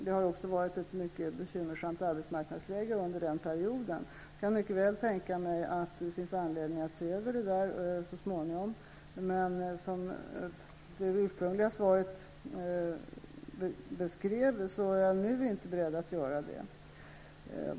Det har också varit ett mycket bekymmersamt arbetsmarknadsläge under den perioden. Jag kan mycket väl tänka mig att det finns anledning att se över detta så småningom, men som det ursprungliga svaret beskrev, är jag inte beredd att göra detta nu.